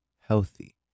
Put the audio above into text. healthy